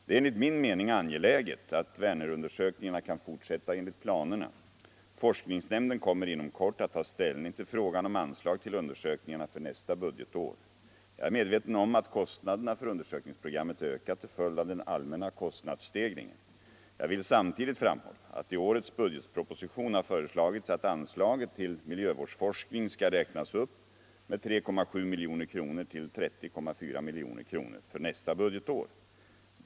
Det är enligt min mening angeläget att Vänerundersökningarna kan fortsätta enligt planerna. Forskningsnämnden kommer inom kort att ta ställning till frågan om anslag till undersökningarna för nästa budgetår. Jag är medveten om att kostnaderna för undersökningsprogrammet ökat till följd av den allmänna kostnadsstegringen. Jag vill samtidigt framhålla att i årets budgetproposition har föreslagits att anslaget till miljövårdsforskning skall räknas upp med 3,7 milj.kr. till 30,4 milj.kr. för nästa budgetår.